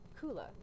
Kula